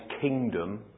kingdom